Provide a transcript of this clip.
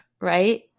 Right